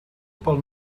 pel